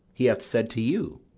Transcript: he hath said to you?